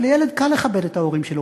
אבל לילד קל לכבד את ההורים שלו,